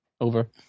Over